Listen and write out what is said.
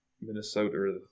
Minnesota